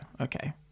Okay